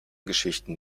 geschichten